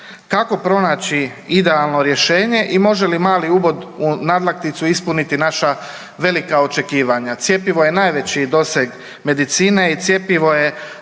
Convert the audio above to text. kako pronaći idealno rješenje i može li mali ubod u nadlakticu ispuniti naša velika očekivanja? Cjepivo je najveći doseg medicine i cjepivo je